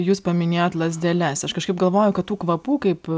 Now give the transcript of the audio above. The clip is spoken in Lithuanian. jūs paminėjot lazdeles aš kažkaip galvoju kad tų kvapų kaip